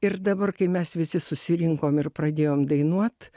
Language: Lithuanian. ir dabar kai mes visi susirinkom ir pradėjom dainuot